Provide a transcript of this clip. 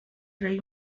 rey